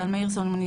טל מאירסון,